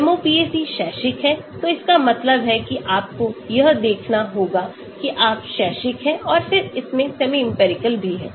MOPAC शैक्षिक है तो इसका मतलब है कि आपको यह देखना होगा कि आप शैक्षिक हैं और फिर इसमें सेमी इंपिरिकल भी है